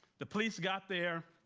the police got there,